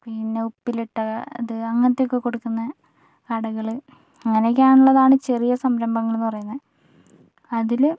പിന്നെ ഉപ്പിലിട്ടത് അങ്ങനത്തെയൊക്കെ കൊടുക്കുന്നെ കടകൾ അങ്ങനെയൊക്കെ ആണ് ഉള്ളതാണ് ചെറിയ സംരംഭങ്ങൾ എന്നു പറയുന്നത് അതിൽ